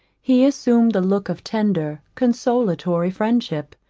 he assumed the look of tender, consolatory friendship.